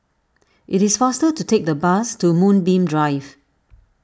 it is faster to take the bus to Moonbeam Drive